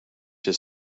his